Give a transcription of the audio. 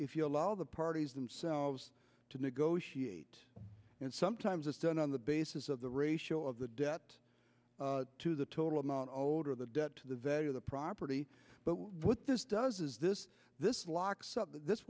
if you allow the parties themselves to negotiate and sometimes it's done on the basis of the ratio of the debt to the total amount of older the debt to the value of the property but what this does is this this